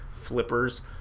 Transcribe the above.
flippers